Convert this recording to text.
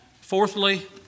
Fourthly